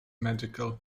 medical